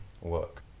work